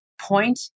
point